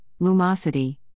Lumosity